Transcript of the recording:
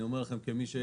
אני אומר לכם את זה,